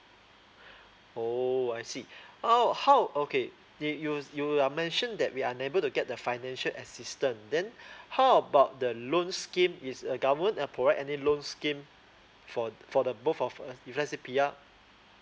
oh I see oh how okay did you you uh mentioned that we unable to get the financial assistance then how about the loan scheme is uh government uh provide any loan scheme for for the both of us if let's say P_R